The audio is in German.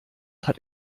hat